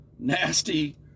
nasty